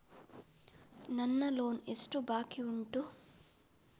ನನ್ನ ಲೋನ್ ಎಷ್ಟು ಬಾಕಿ ಉಂಟು?